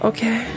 Okay